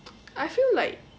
I feel like